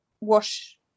wash